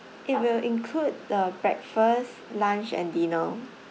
it will include the breakfast lunch and dinner